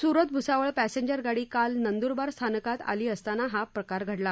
Surat Bhusawal passenger गाडी काल रात्री नंदुरबार स्थानकात आली असताना हा प्रकार घडला